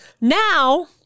Now